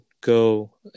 go